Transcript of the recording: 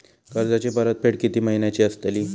कर्जाची परतफेड कीती महिन्याची असतली?